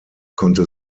konnte